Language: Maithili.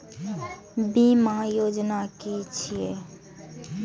बीमा योजना कि छिऐ?